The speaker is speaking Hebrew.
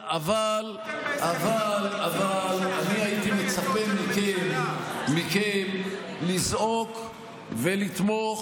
אבל אני הייתי מצפה מכם לזעוק ולתמוך